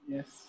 Yes